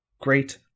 great